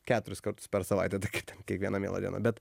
keturis kartus per savaitę tai kai ten kiekvieną mielą dieną bet